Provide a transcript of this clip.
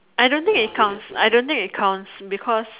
I don't think it counts I don't think it counts because